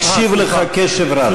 מקשיב לך קשב רב.